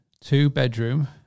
two-bedroom